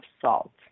salt